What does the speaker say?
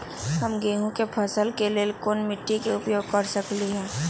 हम गेंहू के फसल के लेल कोन मिट्टी के उपयोग कर सकली ह?